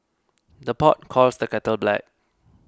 the pot calls the kettle black